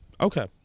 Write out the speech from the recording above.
okay